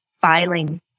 filing